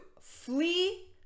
flee